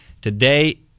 Today